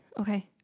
Okay